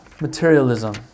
materialism